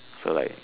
so like